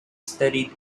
studied